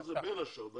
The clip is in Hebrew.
זה בין השאר.